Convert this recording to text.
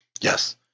Yes